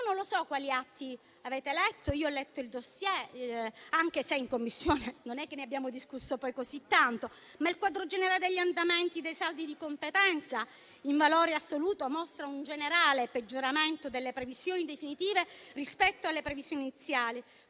Io non so quali atti avete letto; io ho letto il *dossier*, anche se in Commissione non è che ne abbiamo discusso poi così tanto. Il quadro generale degli andamenti dei saldi di competenza in valore assoluto mostra un generale peggioramento delle previsioni definitive rispetto alle previsioni iniziali,